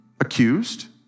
accused